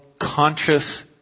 conscious